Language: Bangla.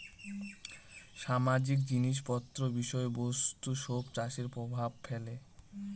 সামাজিক জিনিস পত্র বিষয় বস্তু সব চাষে প্রভাব ফেলে